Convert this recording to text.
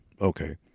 Okay